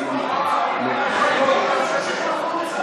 הם לא צריכים להיות כאן.